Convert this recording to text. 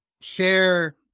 share